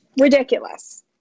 ridiculous